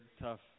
tough